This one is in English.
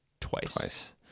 twice